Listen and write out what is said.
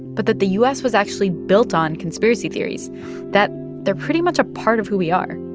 but that the u s. was actually built on conspiracy theories that they're pretty much a part of who we are